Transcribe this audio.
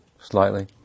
slightly